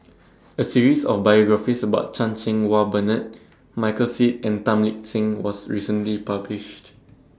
A series of biographies about Chan Cheng Wah Bernard Michael Seet and Tan Lip Seng was recently published